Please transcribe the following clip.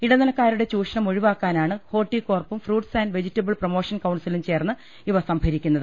ഇടനിലക്കാരുടെ ചൂഷണം ഒഴി വാക്കാനാണ് ഹോർട്ടികോർപും ഫ്രൂട്ട്സ് ആന്റ് വെജിറ്റബിൾ പ്രമോഷൻ കൌൺസിലും ചേർന്ന് ഇവ സംഭരിക്കുന്നത്